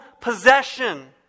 possession